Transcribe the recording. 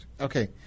Okay